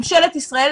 ממשלת ישראל,